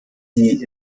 die